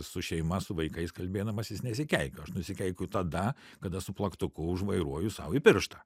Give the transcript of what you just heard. su šeima su vaikais kalbėdamasis nesikeikiu aš nusikeikiu tada kada su plaktuku užvairuoju sau į pirštą